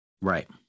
right